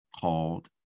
called